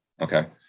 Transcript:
okay